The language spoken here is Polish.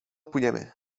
płyniemy